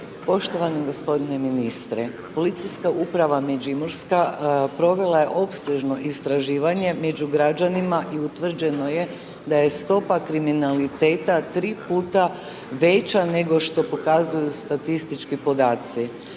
Poštovani g. ministre, Policijska uprava Međimurska provela je opsežno istraživanje među građanima i utvrđeno je da je stopa kriminaliteta tri puta veća, nego što pokazuju statistički podaci.